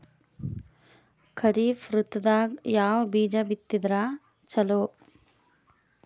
ಖರೀಫ್ ಋತದಾಗ ಯಾವ ಬೀಜ ಬಿತ್ತದರ ಚಲೋ?